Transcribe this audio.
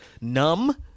numb